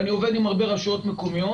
ואני עובד עם הרבה רשויות מקומיות.